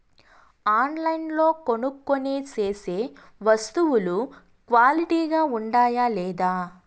ఆన్లైన్లో కొనుక్కొనే సేసే వస్తువులు క్వాలిటీ గా ఉండాయా లేదా?